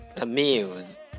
Amuse